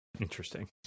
Interesting